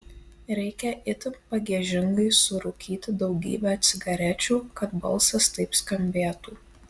reikia itin pagiežingai surūkyti daugybę cigarečių kad balsas taip skambėtų